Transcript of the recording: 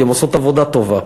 כי הן עושות עבודה טובה.